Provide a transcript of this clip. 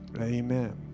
Amen